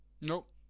Nope